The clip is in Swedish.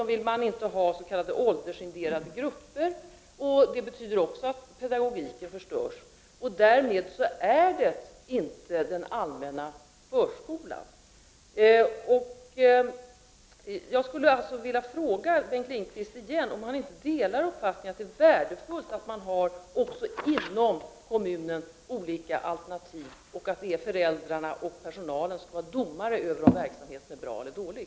Man vill dessutom inte ha s.k. åldersindelade grupper, eftersom också detta betyder att pedagogiken förstörs, och att det därmed inte är en allmän förskola. Jag vill återigen fråga Bengt Lindqvist om han inte delar uppfattningen att det är värdefullt att man också inom kommunen har olika alternativ och att det är föräldrarna och personalen som skall bedöma om verksamheten är bra eller dålig.